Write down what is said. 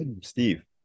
Steve